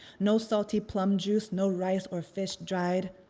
no salty plum juice, no rice, or fish dried.